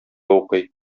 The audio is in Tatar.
укый